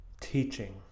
teaching